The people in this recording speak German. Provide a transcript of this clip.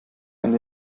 eine